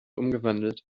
umgewandelt